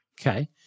Okay